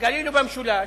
בגליל ובמשולש,